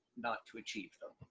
not to achieve them.